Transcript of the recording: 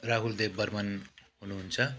राहुल देवबर्मन हुनुहुन्छ